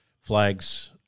flags